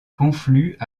confluent